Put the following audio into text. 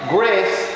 Grace